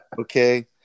Okay